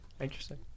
interesting